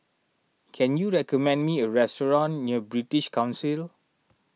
can you recommend me a restaurant near British Council